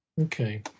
Okay